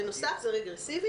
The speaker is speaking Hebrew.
בנוסף, זה רגרסיבי